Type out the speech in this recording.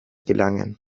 gelangen